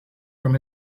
from